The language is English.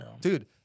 Dude